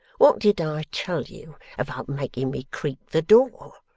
what did i tell you about making me creak the door?